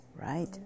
right